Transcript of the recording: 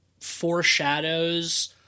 foreshadows